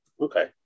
Okay